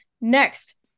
next